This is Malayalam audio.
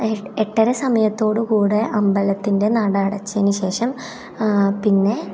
എട്ടര സമയത്തോടുകൂടി അമ്പലത്തിൻറെ നട അടച്ചതിനുശേഷം പിന്നെ